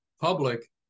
public